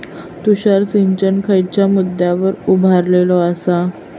तुषार सिंचन खयच्या मुद्द्यांवर उभारलेलो आसा?